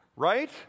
right